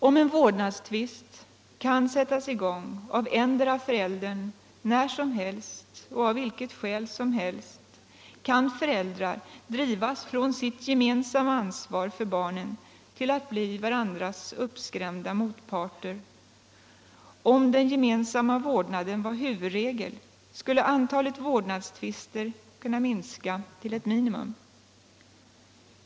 Om en vårdnadstvist kan sättas i gång av endera föräldern när som helst och av vilket skäl som helst, kan föräldrar drivas från sitt gemensamma ansvar för barnen till att bli varandras uppskrämda motparter. Om den gemensamma vårdnaden var huvudregel, skulle antalet vårdnadstvister kunna minska till ett minimum.